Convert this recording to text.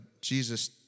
Jesus